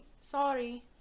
Sorry